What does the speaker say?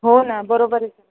हो ना बरोबर आहे